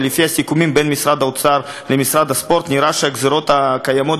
ולפי הסיכומים בין משרד האוצר למשרד הספורט נראה שהגזירות הקיימות